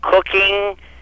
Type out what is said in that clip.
Cooking